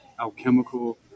alchemical